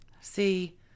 See